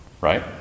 right